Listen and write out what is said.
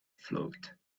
float